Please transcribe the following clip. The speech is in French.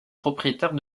propriétaire